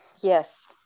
Yes